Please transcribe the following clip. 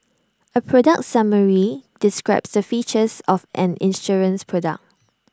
A product summary describes the features of an insurance product